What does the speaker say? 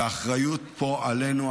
והאחריות פה עלינו,